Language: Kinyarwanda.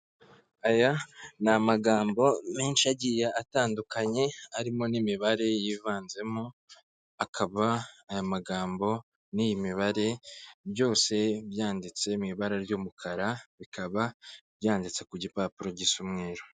Aya ni amagambo menshi agiye atandukanye arimo n'imibare yivanzemo, akaba aya magambo n'iyi mibare byose byanditse mu ibara ry'umukara, bikaba byanditse ku gipapuro gisa umweru.